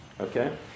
Okay